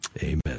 Amen